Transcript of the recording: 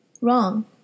Wrong